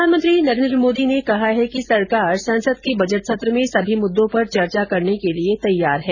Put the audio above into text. प्रधानमंत्री नरेन्द्र मोदी ने कहा है कि सरकार संसद के बजट सत्र में सभी मुद्दों पर चर्चा करने के लिए तैयार है